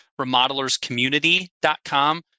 remodelerscommunity.com